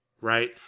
right